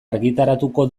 argitaratuko